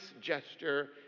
gesture